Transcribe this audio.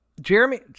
Jeremy